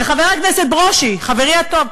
וחבר הכנסת ברושי, חברי הטוב,